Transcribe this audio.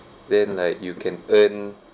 then like you can earn